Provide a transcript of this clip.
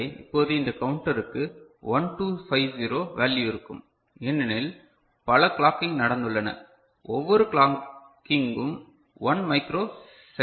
எனவே இப்போது இந்த கவுண்டருக்கு 1 2 5 0 வேல்யு இருக்கும் ஏனெனில் பல கிளாக்கிங் நடந்துள்ளன ஒவ்வொரு கிளாக்கிங்கும் 1 மைக்ரோ செகண்ட்